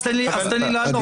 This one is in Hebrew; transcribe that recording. אז תן לי לענות.